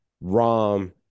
ROM